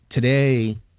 Today